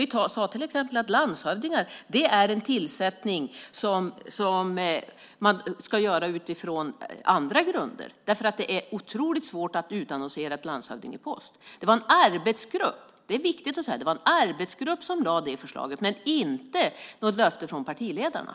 Vi sade till exempel att landshövdingar är tillsättningar som ska göras utifrån andra grunder eftersom det är otroligt svårt att utannonsera en landshövdingepost. Det var en arbetsgrupp, det är viktigt att säga, som lade fram det förslaget. Det var inte något löfte från partiledarna.